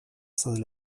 saint